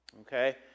Okay